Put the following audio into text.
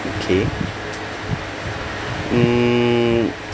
okay mm